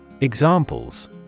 Examples